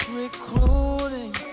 recruiting